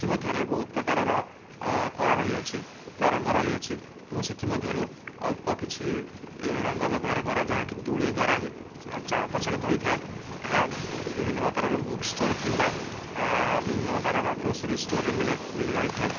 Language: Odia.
ଏଥିମଧ୍ୟରେ ବହୁତ ପ୍ରକାରର କଳା ରହିଅଛି ବା ରଙ୍ଗ ରହିଅଛି ମୁଁ ସେଥିମଧ୍ୟରୁ ଅଳ୍ପକିଛି ରଙ୍ଗ ବ୍ୟବହାର କରା ଯାହାକି ତୂଳୀ ଦ୍ଵାରା ହିଁ ପ୍ରଚଳିତ ହୋଇଥାଏ ଏହା ବିଭିନ୍ନ ପ୍ରକାରର ବୁକ୍ ଷ୍ଟୋର୍ କିମ୍ବା ବିଭିନ୍ନ ପ୍ରକାରର ଗ୍ରୋସରୀ ଷ୍ଟୋର୍ରେ ମିଳେ ମିଳିଯାଇଥାଏ